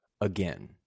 again